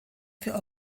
für